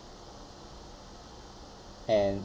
and